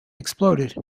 exploded